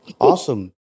Awesome